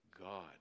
God